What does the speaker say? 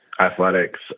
athletics